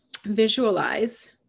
visualize